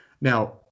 Now